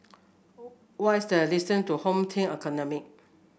what is the distance to Home Team Academy